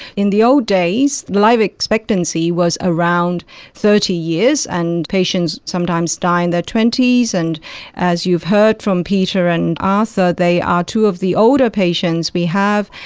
in the old days life expectancy was around thirty years, and patients sometimes die in their twenty s. and as you've heard from peter and arthur, they are two of the older patients we have.